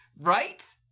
Right